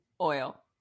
Oil